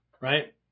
right